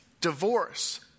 divorce